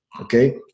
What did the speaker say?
okay